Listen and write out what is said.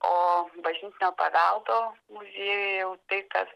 o bažnytinio paveldo muziejuje jau tai kas